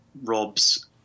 Rob's